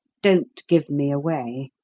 don't give me away.